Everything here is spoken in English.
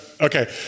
Okay